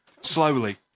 Slowly